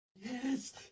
Yes